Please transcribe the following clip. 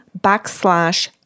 backslash